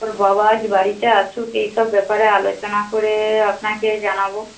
ওর বাবা আজ বাড়িতে আসুক এইসব ব্যাপারে আলোচনা করে আপনাকে জানাবো